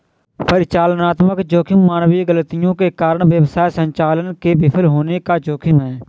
परिचालनात्मक जोखिम मानवीय गलतियों के कारण व्यवसाय संचालन के विफल होने का जोखिम है